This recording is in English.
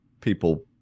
people